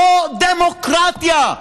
זו דמוקרטיה.